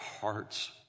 hearts